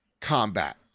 combat